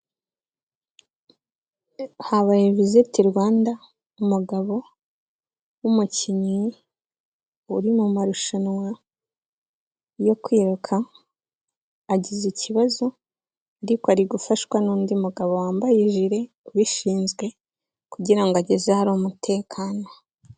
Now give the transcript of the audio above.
Habaye Visit Rwanda, umugabo w'umukinnyi uri mu marushanwa yo kwiruka, agize ikibazo ariko ari gufashwa n'undi mugabo wambaye jire ubishinzwe kugira ngo ageze ahari umutekano.